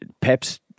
Pep's